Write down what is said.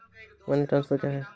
Money transfer क्या है?